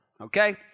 okay